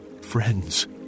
Friends